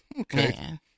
okay